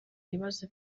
ibibazo